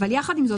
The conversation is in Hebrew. יחד עם זאת,